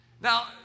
Now